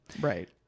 right